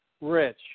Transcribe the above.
Rich